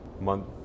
Month